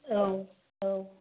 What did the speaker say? औ औ